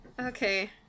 Okay